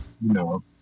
No